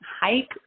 hike